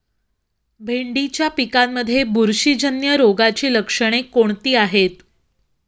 भेंडीच्या पिकांमध्ये बुरशीजन्य रोगाची लक्षणे कोणती आहेत?